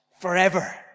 forever